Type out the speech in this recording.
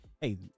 hey